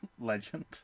legend